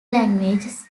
languages